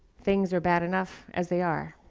things are bad enough as they are.